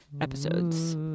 episodes